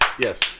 Yes